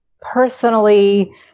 personally